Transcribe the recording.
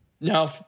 No